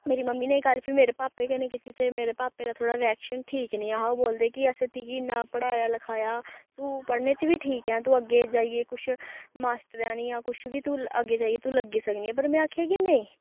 मेरी मम्मी ने एह् गल्ल फिर मेरे पाप्पे कन्नै कीती ते मेरे पाप्पे दा थोह्ड़ा रिएक्शन ठीक निं ऐ हा ओह् बोलदे कि असें तुगी इ'न्ना पढ़ाया लखाया तू पढ़ने च बी ठीक ऐं तू अग्गें जाइयै कुछ मास्टरैनी जां कुछ बी तू अग्गें जाइयै तू लग्गी सकनी ऐ पर में आखेआ कि नेईं